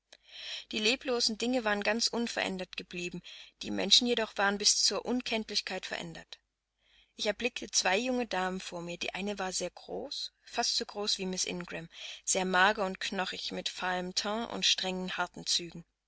die leblosen dinge waren ganz unverändert geblieben die menschen jedoch waren bis zur unkenntlichkeit verändert ich erblickte zwei junge damen vor mir die eine war sehr groß fast so groß wie miß ingram sehr mager und knochig mit fahlem teint und strengen harten zügen